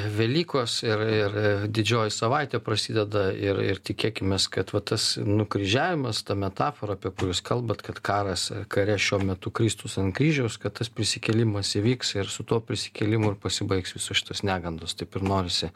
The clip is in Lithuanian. velykos ir ir didžioji savaitė prasideda ir ir tikėkimės kad va tas nukryžiavimas ta metafora apie kurią jūs kalbat kad karas kare šiuo metu kristus ant kryžiaus kad tas prisikėlimas įvyks ir su tuo prisikėlimu ir pasibaigs visos šitos negandos taip ir norisi